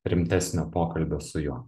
rimtesnio pokalbio su juo